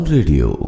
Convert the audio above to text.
Radio